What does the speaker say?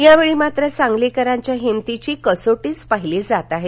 यावेळी मात्र सांगलीकरांच्या हिमतीची कसोटीच पाहिली जात आहे